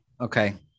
Okay